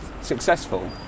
successful